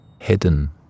hidden